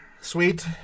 sweet